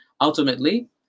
ultimately